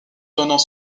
donnant